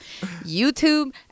YouTube